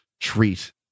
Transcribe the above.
treat